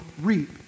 reap